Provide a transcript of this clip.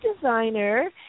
designer